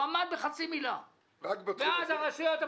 רק בתחום הזה?